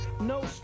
No